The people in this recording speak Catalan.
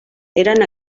eren